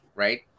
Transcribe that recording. Right